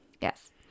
Yes